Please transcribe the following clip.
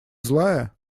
злая